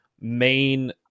main